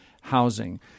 housing